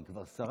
היא כבר שרה.